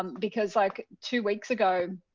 um because like two weeks ago,